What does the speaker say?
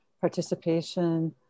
participation